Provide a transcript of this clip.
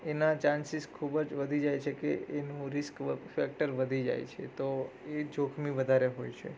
એના ચાન્સિસ ખૂબ જ વધી જાય છે કે એનું રિસ્ક ફેક્ટર વધી જાય છે તો એ જોખમી વધારે હોય છે